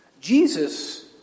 Jesus